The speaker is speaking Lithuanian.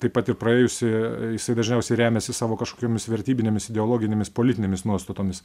taip pat ir praėjusį jisai dažniausiai remiasi savo kažkokiomis vertybinėmis ideologinėmis politinėmis nuostatomis